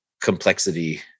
complexity